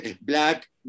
black